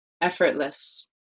effortless